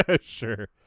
Sure